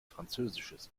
französisches